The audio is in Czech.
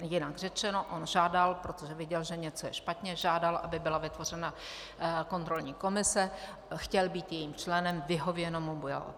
Jinak řečeno, on žádal, protože viděl, že něco je špatně, žádal, aby byla vytvořena kontrolní komise, chtěl být jejím členem, vyhověno mu bylo.